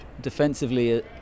defensively